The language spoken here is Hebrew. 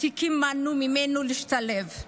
התיקים מנעו ממנו להשתלב.